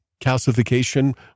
calcification